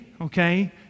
okay